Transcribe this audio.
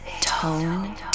Tone